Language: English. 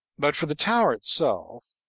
but for the tower itself,